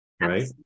right